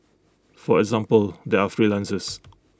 for example they are freelancers